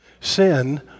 Sin